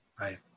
Right